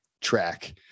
track